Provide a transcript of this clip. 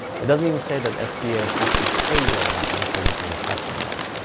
it doesn't even say that sba has to pay you that amount, it just says you can request that amount.